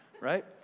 right